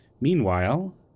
Meanwhile